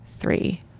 three